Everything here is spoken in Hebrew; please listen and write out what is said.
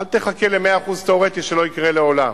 אל תחכה ל-100% תיאורטי שלא יקרה לעולם,